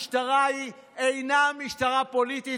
המשטרה אינה משטרה פוליטית.